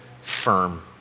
firm